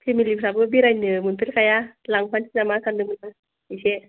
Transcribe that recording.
family फ्राबो बेरायनो मोनफेरखाया लांफानोसै नामा सानदोंमोन आं इसे